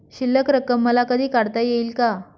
शिल्लक रक्कम मला कधी काढता येईल का?